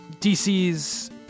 DC's